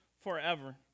forever